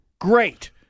great